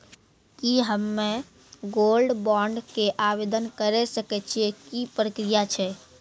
की हम्मय gold bond के आवदेन करे सकय छियै, की प्रक्रिया छै?